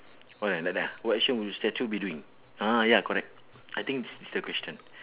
oh like like like what action will the statue be doing ah ya correct I think this is the question